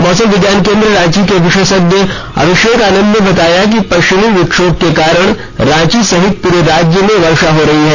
मौसम विज्ञान केंद्र रांची के विशेषज्ञ अभिषेक आनंद ने बताया कि पश्चिमी विछोभ के कारण रांची सहित पूरे राज्य में वर्षा हो रही है